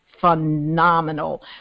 phenomenal